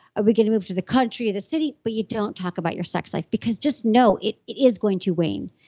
are we going to move to the country or the city? but you don't talk about your sex life, because just know, it it is going to wane.